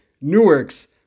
Newark's